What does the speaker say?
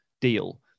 deal